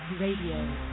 Radio